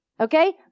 Okay